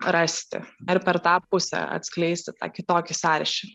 rasti ar per tą pusę atskleisti kitokį sąryšį